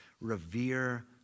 revere